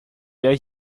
wer